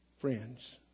friends